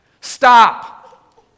Stop